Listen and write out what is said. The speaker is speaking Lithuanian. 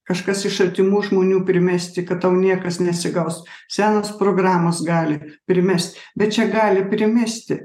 kažkas iš artimų žmonių primesti kad tau niekas nesigaus senos programos gali primesti bet čia gali primesti